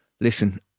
listen